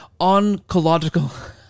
oncological